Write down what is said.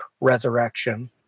resurrection